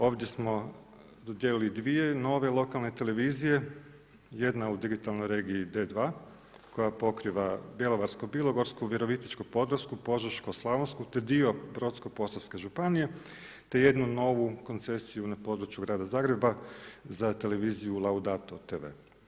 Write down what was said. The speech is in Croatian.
Ovdje smo dodijelili dvije nove lokalne televizije, jedna u digitalnoj regiji D2 koja pokriva Bjelovarsko-bilogorsku, Virovitičko-podravsku, Požeško-slavonsku te dio Brodsko-posavske županije te jednu novu koncesiju na području grada Zagreba za televiziju Laudato TV.